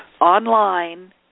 online